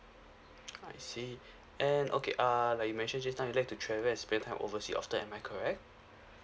I see and okay uh like you mentioned just now you like to travel and spend time oversea often am I correct